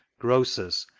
grocers,